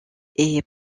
est